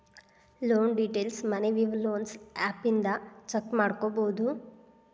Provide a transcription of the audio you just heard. loan ಡೇಟೈಲ್ಸ್ನ Money View loans app ಇಂದ check ಮಾಡ್ಕೊಬೋದು